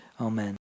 Amen